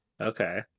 Okay